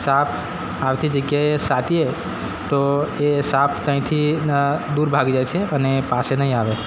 સાપ આવતી જગ્યાએ છાંટીએ તો એ સાપ ત્યાંથી દૂર ભાગી જાય છે અને પાસે નહીં આવે